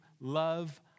love